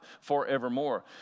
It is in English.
forevermore